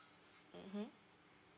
mmhmm